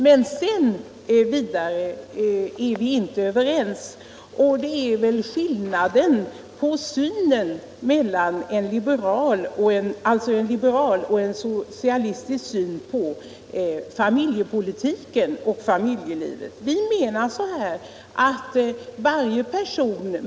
Men sedan är vi inte överens, och där kommer skillnaden fram mellan en liberal och en socialistisk syn på famil Jepolitik och familjelivet. Vi menar att varje person.